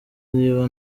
niba